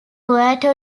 puerto